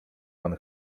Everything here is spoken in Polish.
pan